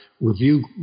review